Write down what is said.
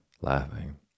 laughing